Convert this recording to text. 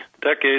decades